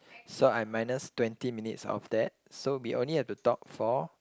so I minus twenty minutes of that so we only have to talk for